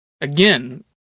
Again